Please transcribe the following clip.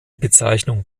bezeichnung